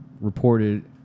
reported